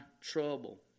trouble